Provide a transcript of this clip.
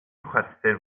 chwerthin